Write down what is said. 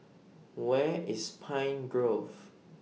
Where IS Pine Grove